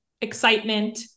excitement